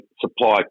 supply